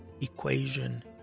equation